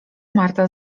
marta